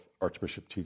Archbishop